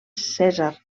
cèsar